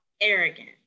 arrogant